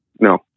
No